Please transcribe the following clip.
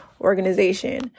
organization